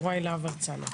יוראי להב הרצנו.